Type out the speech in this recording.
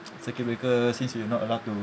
circuit breaker since we are not allowed to